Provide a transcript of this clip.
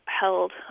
held